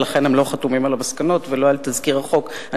ולכן הם לא חתומים על המסקנות ולא על תזכיר החוק.